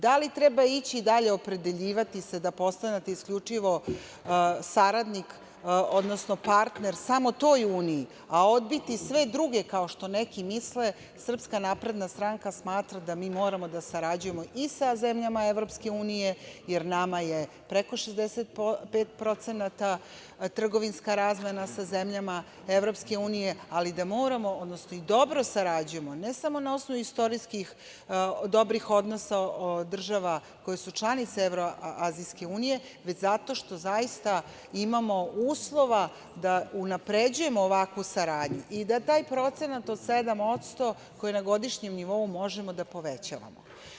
Da li treba ići dalje opredeljivati se da postanete isključivo saradnik, odnosno partner samo toj uniji, a odbiti sve druge, kao što neki misle, SNS smatra da mi moramo da sarađujemo i sa zemljama EU, jer nama je preko 65% trgovinska razmena sa zemljama EU, ali da moramo, odnosno i dobro sarađujemo ne samo na osnovu istorijskih dobrih odnosa država koje su članice Evroazijske unije, već zato što zaista imamo uslova da unapređujemo ovakvu saradnju i da taj procenat od 7%, koje na godišnjem nivou možemo da povećavamo.